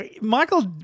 Michael